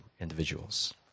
individuals